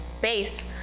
base